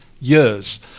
years